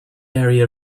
area